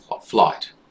flight